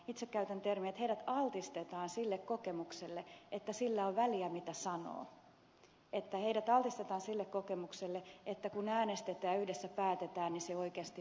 itse käytän sanontaa että heidät altistetaan sille kokemukselle että sillä on väliä mitä sanoo että heidät altistetaan sille kokemukselle että kun äänestetään ja yhdessä päätetään niin se oikeasti myös toteutuu